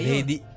Lady